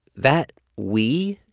that we,